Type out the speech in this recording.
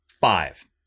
five